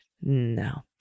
No